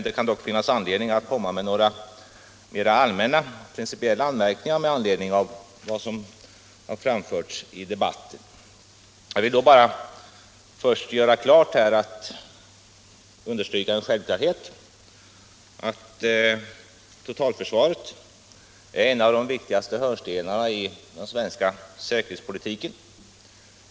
Det kan dock finnas anledning att komma med mera allmänna principiella anmärkningar med anledning av vad som framförts i debatten. Jag vill då först understryka en självklarhet, nämligen att totalförsvaret är en av hörnstenarna i den svenska säkerhetspolitiken.